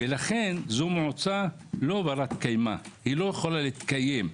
לכן היא מועצה שלא יכולה להתקיים.